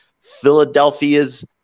Philadelphia's